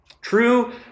True